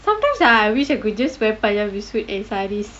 sometimes I wish I could just wear punjabi suit and sarees